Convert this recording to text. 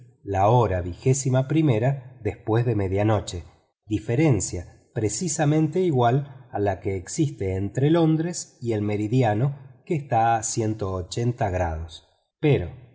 la hora vigésima primera después de medianoche diferencia precisamente igual a la que existe entre londres y el meridiano que está a grados pero